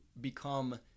become